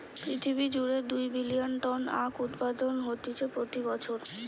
পৃথিবী জুড়ে দুই বিলিয়ন টন আখউৎপাদন হতিছে প্রতি বছর